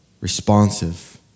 responsive